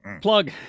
plug